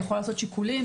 לעשות שיקולים,